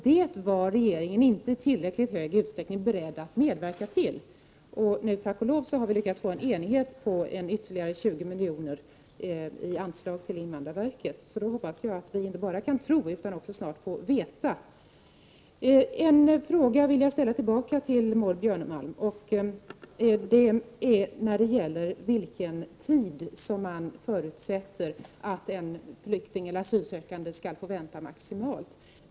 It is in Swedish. Det var regeringen inte i tillräckligt hög utsträckning beredd att medverka till. Nu, tack och lov, har vi lyckats få enighet om ytterligare 20 milj.kr. i anslag till invandrarverket. Jag hoppas därmed att vi inte bara kan tro utan också snart får veta. Jag vill ställa en fråga tillbaka till Maud Björnemalm. Den gäller vilken tid man förutsätter att en flykting eller asylsökande maximalt skall få vänta.